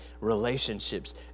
relationships